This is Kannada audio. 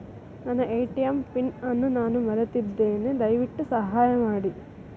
ನನ್ನ ಎ.ಟಿ.ಎಂ ಪಿನ್ ಅನ್ನು ನಾನು ಮರೆತಿದ್ದೇನೆ, ದಯವಿಟ್ಟು ಸಹಾಯ ಮಾಡಿ